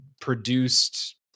produced